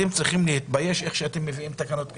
אתם צריכים להתבייש שאתם מביאים תקנות כאלה.